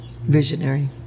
visionary